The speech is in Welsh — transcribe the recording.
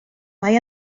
mae